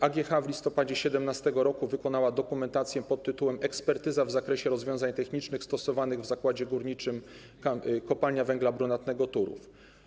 AGH w listopadzie 2017 r. wykonała dokumentację pt. ekspertyza w zakresie rozwiązań technicznych stosowanych w zakładzie górniczym Kopalnia Węgla Brunatnego Turów.